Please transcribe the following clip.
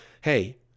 Hey